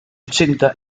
ochenta